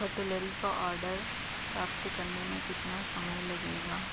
cutlery का order प्राप्त करने में कितना समय लगेगा